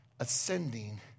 ascending